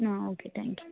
okay thank you